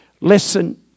Listen